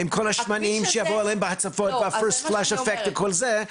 עם כל השמנים שיבואו עליו בהצפות והאפקט הראשוני וכל זה,